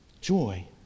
joy